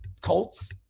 Colts